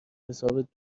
حساب